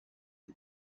the